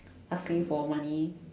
asking for money